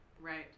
right